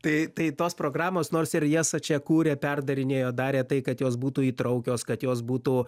tai tai tos programos nors ir jas čia kūrė perdarinėjo darė tai kad jos būtų įtraukios kad jos būtų